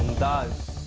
does